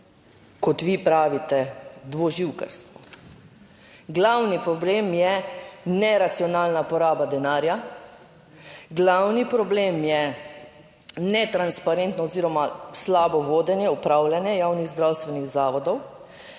kot vi pravite, dvoživkarstvo, glavni problem je neracionalna poraba denarja, glavni problem je netransparentno oziroma slabo vodenje, upravljanje javnih zdravstvenih zavodov.